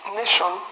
nation